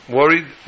worried